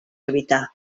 evitar